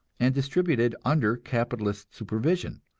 and distributed under capitalist supervision,